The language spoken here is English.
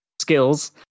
skills